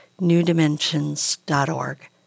newdimensions.org